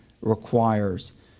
requires